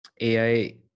ai